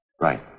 Right